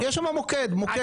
יש שם מוקד, מוקד.